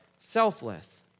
selfless